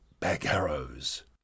bagarrows